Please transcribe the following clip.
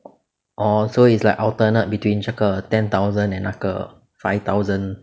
orh so it's like alternate between 这个 ten thousand and 那个 five thousand